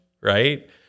right